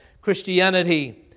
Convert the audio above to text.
Christianity